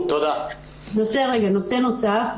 נושא נוסף.